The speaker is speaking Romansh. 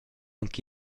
aunc